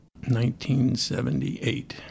1978